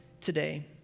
today